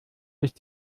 ist